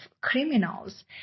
criminals